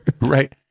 Right